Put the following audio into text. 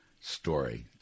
story